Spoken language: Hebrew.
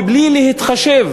בלי להתחשב